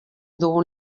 dugun